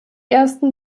ersten